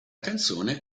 canzone